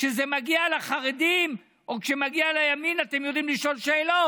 כשזה מגיע לחרדים או כשמגיע לימין אתם יודעים לשאול שאלות,